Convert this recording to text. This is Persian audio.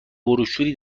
بروشوری